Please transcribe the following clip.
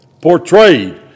portrayed